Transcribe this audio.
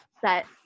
set